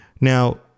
Now